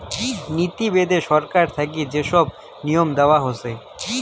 নীতি বেদে ছরকার থাকি যে সব নিয়ম দেয়া হসে